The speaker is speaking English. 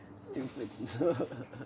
Stupid